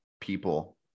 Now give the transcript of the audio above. people